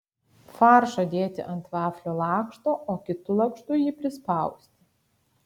faršą dėti ant vaflio lakšto o kitu lakštu jį prispausti